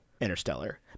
Interstellar